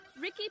Ricky